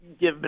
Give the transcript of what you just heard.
give